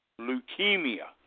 Leukemia